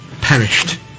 perished